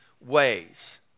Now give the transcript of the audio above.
ways